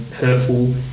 hurtful